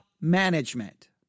management